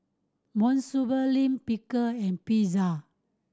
Monsunabe Lime Pickle and Pizza